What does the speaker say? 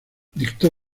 dictó